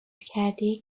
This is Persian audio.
کرده